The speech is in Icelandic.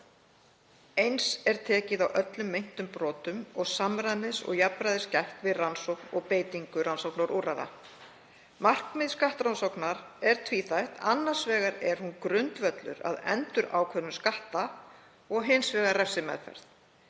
eins er tekið á öllum meintum brotum og samræmis og jafnræðis gætt við rannsókn og beitingu rannsóknarúrræða. Markmið skattrannsóknar er tvíþætt. Annars vegar er hún grundvöllur að endurákvörðun skatta og hins vegar refsimeðferð.